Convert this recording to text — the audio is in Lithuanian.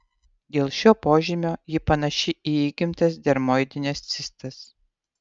dėl šio požymio ji panaši į įgimtas dermoidines cistas